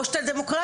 או שאתה דמוקרטי,